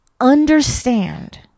understand